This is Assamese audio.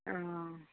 অ